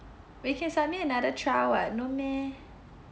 we can submit another trial [what] no meh